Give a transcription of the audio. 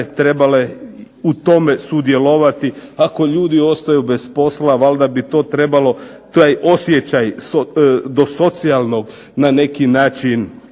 trebale u tome sudjelovati, ako ljudi ostaju bez posla, onda bi valjda trebalo taj osjećaj do socijalnog na neki način,